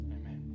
Amen